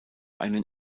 einen